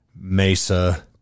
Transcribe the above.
Mesa